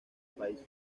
país